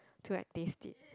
to like taste it